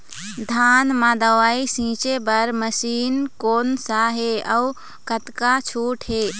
धान म दवई छींचे बर मशीन कोन सा हे अउ कतका छूट हे?